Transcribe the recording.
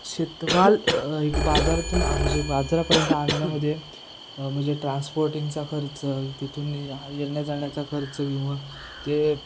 शेतमाल एक बाजारातून म्हणजे बाजारापर्यंत आणण्यामध्ये म्हणजे ट्रान्सपोर्टिंगचा खर्च तिथून येण्या जाण्याचा खर्च किंवा ते